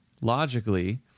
logically